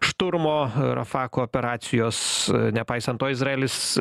šturmo rafako operacijos nepaisant to izraelis